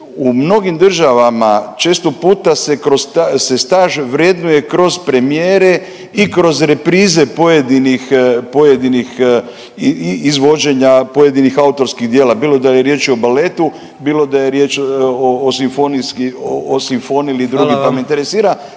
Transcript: U mnogim državama često puta se kroz, se staž vrednuje kroz premijere i kroz reprize pojedinih, pojedinih izvođenja pojedinih autorskih djela bilo da je riječ o baletu, bilo da je riječ o simfonijski o simfoniji